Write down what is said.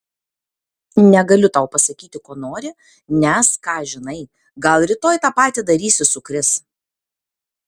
negaliu tau pasakyti ko nori nes ką žinai gal rytoj tą patį darysi su kris